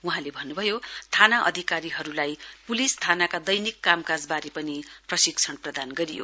वहाँले भन्नुभयो थाना अधिकारीहरूलाई पुलिस थानाका दैनिक कामकाजबारे पनि प्रशिक्षण प्रदान गरियो